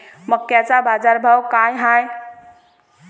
मक्याचा बाजारभाव काय हाय?